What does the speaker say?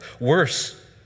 Worse